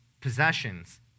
possessions